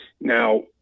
Now